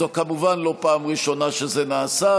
זו כמובן לא הפעם הראשונה שזה נעשה,